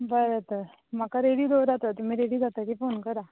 बरें तर म्हाका रेडी दवरात तर तुमी रेडी जातकी फोन करा